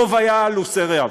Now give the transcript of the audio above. טוב היה לו סירב.